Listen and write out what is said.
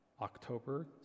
October